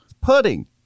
pudding